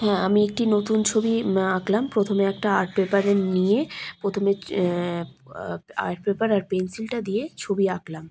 হ্যাঁ আমি একটি নতুন ছবি আঁকলাম প্রথমে একটা আর্ট পেপারে নিয়ে প্রথমে আর্ট পেপার আর পেনসিলটা দিয়ে ছবি আঁকলাম